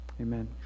Amen